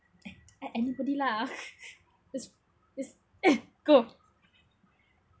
like anybody lah just just go